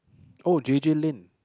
oh J_J-Lin